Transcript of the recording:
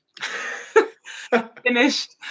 Finished